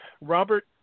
Robert